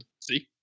See